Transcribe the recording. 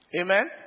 amen